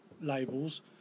labels